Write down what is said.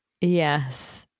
yes